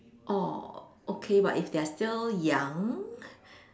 orh okay but if they're still young